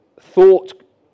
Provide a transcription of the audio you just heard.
thought